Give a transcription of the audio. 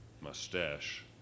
mustache